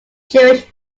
jewish